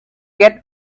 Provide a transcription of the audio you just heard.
get